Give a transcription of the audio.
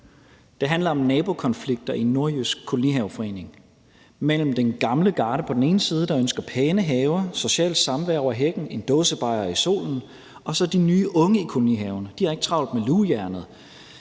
Den handler om nabokonflikter i en nordjysk kolonihaveforening mellem den gamle garde på den ene side, der ønsker pæne haver, socialt samvær over hækken og en dåsebajer i solen, og så de nye unge i kolonihaven; de har ikke travlt med lugejernet,